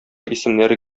исемнәре